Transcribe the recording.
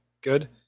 good